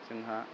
जोंहा